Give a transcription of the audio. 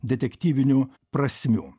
detektyvinių prasmių